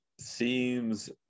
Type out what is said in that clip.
seems